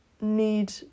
need